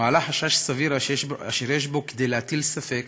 מעלה חשש סביר אשר יש בו כדי להטיל ספק